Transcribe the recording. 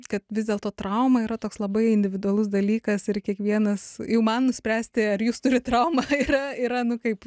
kad vis dėlto trauma yra toks labai individualus dalykas ir kiekvienas jau man nuspręsti ar jūs turit traumą yra yra nu kaip